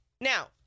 Now